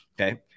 okay